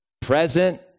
present